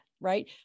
right